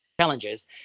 challenges